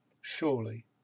surely